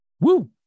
Woo